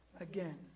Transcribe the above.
again